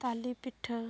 ᱛᱟᱞᱤ ᱯᱤᱴᱷᱟᱹ